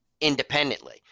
independently